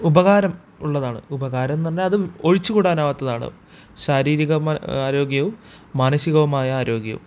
ഉപകാരം ഉള്ളതാണ് ഉപകാരം എന്നു പറഞ്ഞാൽ അത് ഒഴിച്ചുകൂടാനാവാത്തതാണ് ശാരീരികമായ ആരോഗ്യവും മാനസികവുമായ ആരോഗ്യവും